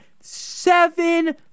Seven